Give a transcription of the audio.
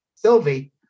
Sylvie